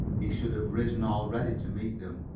he should have risen already to meet them.